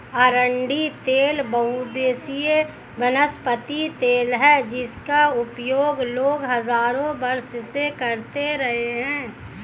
अरंडी तेल बहुउद्देशीय वनस्पति तेल है जिसका उपयोग लोग हजारों वर्षों से करते रहे हैं